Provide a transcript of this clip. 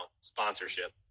sponsorship